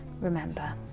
remember